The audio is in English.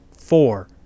four